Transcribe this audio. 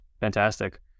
Fantastic